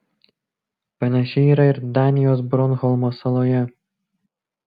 panašiai yra ir danijos bornholmo saloje